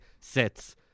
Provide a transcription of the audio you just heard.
sits